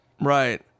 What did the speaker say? Right